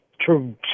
True